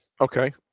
Okay